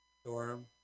storm